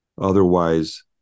Otherwise